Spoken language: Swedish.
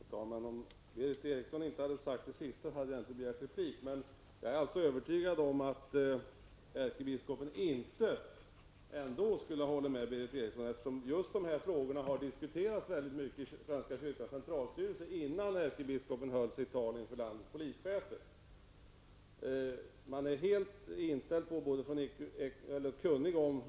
Herr talman! Om Berith Eriksson inte hade sagt det sista, hade jag inte begärt replik. Jag är alltså övertygad om att ärkebiskopen inte skulle ha hållit med Berith Eriksson, eftersom just de här frågorna hade diskuterats mycket i svenska kyrkans centralstyrelse innan ärkebiskopen höll sitt tal inför landets polischefer.